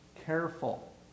Careful